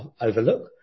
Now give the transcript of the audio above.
overlook